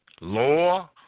law